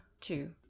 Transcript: two